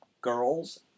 girls